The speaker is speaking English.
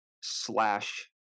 slash